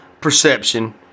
perception